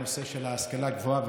הנושא של ההשכלה הגבוהה,